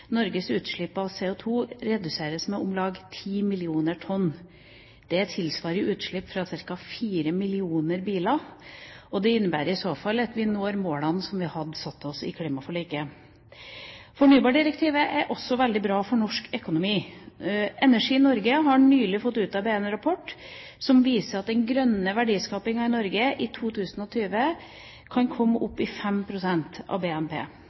Norges utslipp av CO2 reduseres med om lag ti millioner tonn. Det tilsvarer utslipp fra ca. fire millioner biler, og det innebærer i så fall at vi når målene som vi har satt oss i klimaforliket. Fornybardirektivet er også veldig bra for norsk økonomi. Energi Norge har nylig fått utarbeidet en rapport som viser at den grønne verdiskapingen i Norge i 2020 kan komme opp i 5 pst. av BNP.